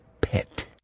pet